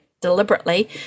deliberately